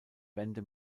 wände